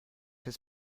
his